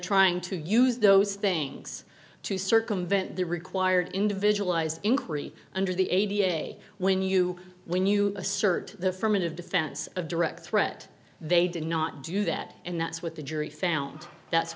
trying to use those things to circumvent the required individual eyes inquiry under the a t f a when you when you assert the formative defense of direct threat they did not do that and that's what the jury found that's